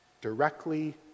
directly